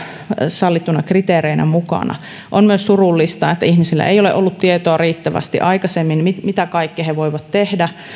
sallittuina kriteereinä mukana on myös surullista että ihmisillä ei ole ollut tietoa riittävästi aikaisemmin mitä kaikkea he voivat tehdä